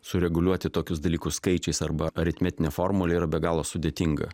sureguliuoti tokius dalykus skaičiais arba aritmetine formule yra be galo sudėtinga